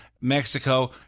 Mexico